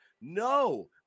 No